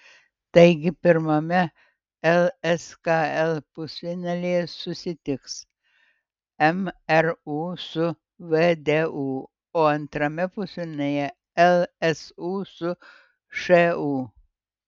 taigi pirmame lskl pusfinalyje susitiks mru su vdu o antrame pusfinalyje lsu su šu